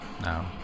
No